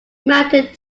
mounted